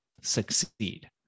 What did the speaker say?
succeed